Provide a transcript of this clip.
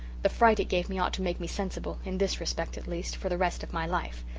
the fright it gave me ought to make me sensible in this respect at least for the rest of my life.